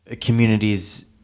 communities